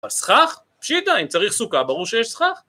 הסכך? פשיטה, אם צריך סוכה ברור שיש סכך.